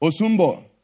Osumbo